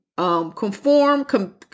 Conform